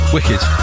Wicked